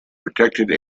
protected